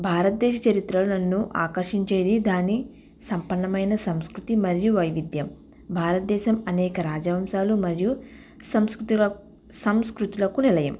భారతదేశ చరిత్రలో నన్ను ఆకర్షించేది దాని సంపన్నమైన సంస్కృతి మరియు వైవిధ్యం భారతదేశం అనేక రాజవంశాలు మరియు సంస్కృతుల సంస్కృతులకు నిలయం